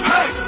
Hey